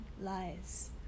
lies